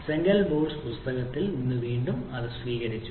Cengel ബോലെസ് പുസ്തകത്തിൽ നിന്ന് വീണ്ടും സ്വീകരിച്ചു